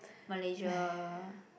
Malaysia